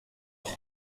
with